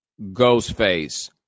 Ghostface